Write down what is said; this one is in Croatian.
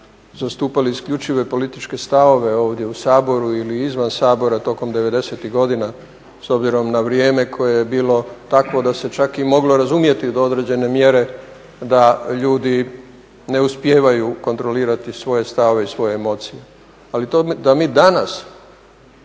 zastupali isključive političke stavove ovdje u Saboru ili izvan Sabora tokom '90-ih godina s obzirom na vrijeme koje je bilo takvo da se čak moglo razumjeti do određene mjere da ljudi ne uspijevaju kontrolirati svoje stavove i svoje emocije. Ali to da mi danas